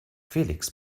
felix